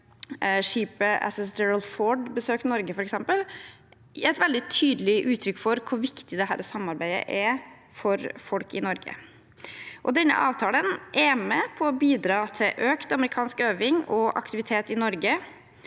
skipet USS «Gerald R. Ford» besøkte Norge, er et veldig tydelig uttrykk for hvor viktig dette samarbeidet er for folk i Norge. Denne avtalen er med på å bidra til økt amerikansk øving og aktivitet i Norge,